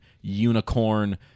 unicorn